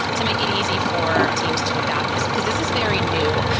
to make it easy for teams to adopt this. because this is very new.